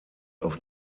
auf